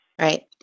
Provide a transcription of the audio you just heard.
Right